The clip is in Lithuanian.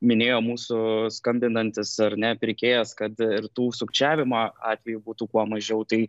minėjo mūsų skambinantis ar ne pirkėjas kad ir tų sukčiavimo atvejų būtų kuo mažiau tai